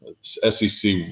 SEC